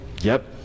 Yep